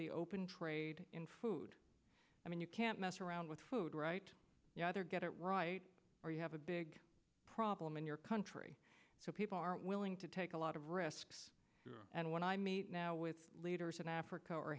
be open trade in food i mean you can't mess around with food right you either get it right or you have a big problem in your country so people are willing to take a lot of risks and when i meet now with leaders in africa or